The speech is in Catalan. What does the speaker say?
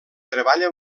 treballa